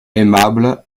aimables